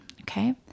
okay